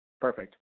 Perfect